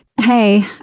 Hey